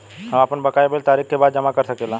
हम आपन बकाया बिल तारीख क बाद जमा कर सकेला?